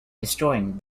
destroying